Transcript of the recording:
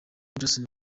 johnston